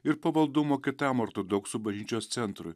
ir pavaldumo kitam ortodoksų bažnyčios centrui